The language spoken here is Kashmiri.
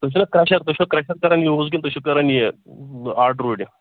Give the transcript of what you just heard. تُہۍ چھُ حظ کَرٛشَر تُہۍ چھُوا کَرٛشَر کَران یوٗز کِنہٕ تُہۍ چھُ کَران یہِ آڈٕ روٗڈ